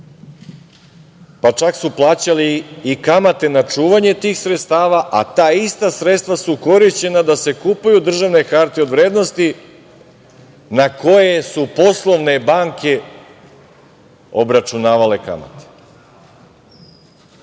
pa, čak su plaćali i kamate na čuvanje tih sredstava, a ta ista sredstva su korišćena da se kupuju državne hartije od vrednosti, na koje su poslovne banke obračunavale kamate.